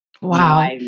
Wow